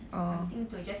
orh